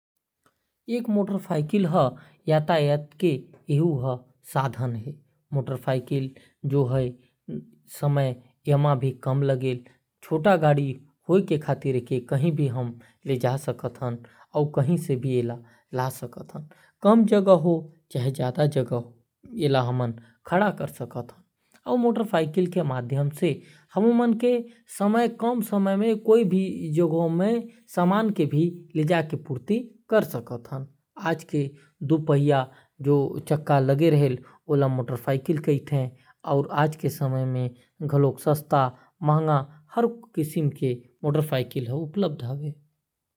एक motorcycle यातायात के साधन है। कहीं भी येला ले जा सकत ही और ला सकत ही। कम जगह हो या ज्यादा जगह एला कहीं भी खड़ा कर सकत ही। कम समय में मोटरसाइकिल से समान ले जा सकत ही आज के समय में दो पहिया वाहन ला ही मोटरसाइकिल कह थे।